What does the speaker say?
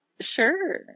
Sure